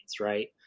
right